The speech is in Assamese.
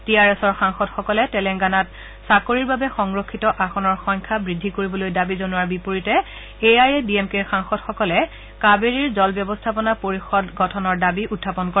টি আৰ এছৰ সাংসদসকলে তেলেংগানাত চাকৰীৰ বাবে সংৰক্ষিত আসনৰ সংখ্যা বৃদ্ধি কৰিবলৈ দাবী জনোৱাৰ বিপৰীতে A I A D M K সাংসদসকলে কাবেৰীৰ জল ব্যৱস্থাপনা পৰিষদ গঠনৰ দাবী উখাপন কৰে